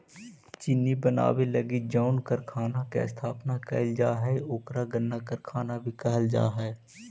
चीनी बनावे लगी जउन कारखाना के स्थापना कैल जा हइ ओकरा गन्ना कारखाना भी कहल जा हइ